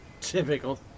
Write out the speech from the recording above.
Typical